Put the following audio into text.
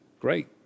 great